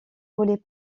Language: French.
volées